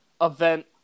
event